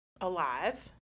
alive